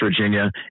Virginia